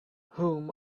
whom